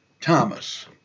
Thomas